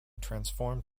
transformed